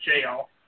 jail